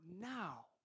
now